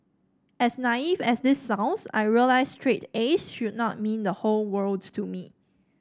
as naive as this sounds I realised straight A S should not mean the whole world to me